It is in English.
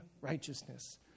righteousness